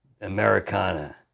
Americana